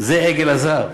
זה עגל הזהב.